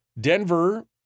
Denver